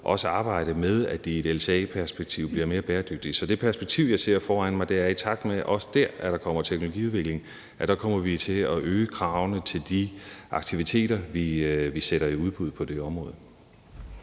også arbejde med, at de i et LCA-perspektiv bliver mere bæredygtige. Så det perspektiv, jeg ser foran mig, er, at i takt med at der også der kommer teknologiudvikling, kommer vi til at øge kravene til de aktiviteter, vi sætter i udbud på det område.